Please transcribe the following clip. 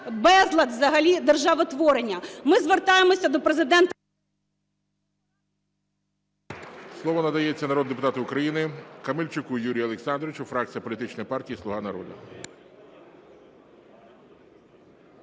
безлад взагалі державотворення. Ми звертаємося до Президента…